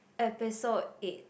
episode eight